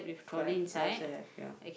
correct I also have ya